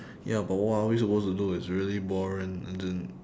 ya but what are we supposed to do it's really boring and then